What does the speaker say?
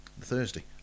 Thursday